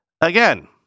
Again